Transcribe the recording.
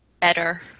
better